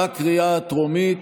בקריאה הטרומית.